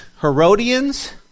Herodians